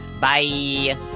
Bye